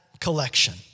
collection